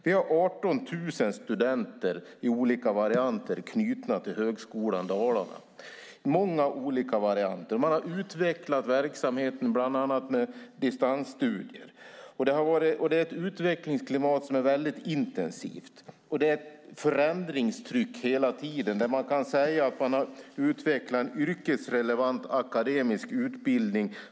Vi har 18 000 studenter i många olika varianter knutna till Högskolan Dalarna. Man har utvecklat verksamheten bland annat med distansstudier. Utvecklingsklimatet är intensivt, och det är hela tiden ett förändringstryck. Man har utvecklat en yrkesrelevant akademisk utbildning.